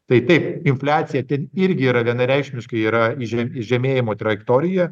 tai taip infliacija ten irgi yra vienareikšmiškai yra že į žemėjimo trajektoriją